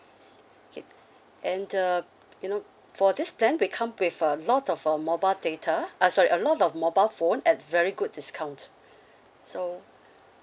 okay and uh you know for this plan it come with a lot of uh mobile data uh sorry a lot of mobile phone at very good discount so